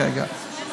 כרגע.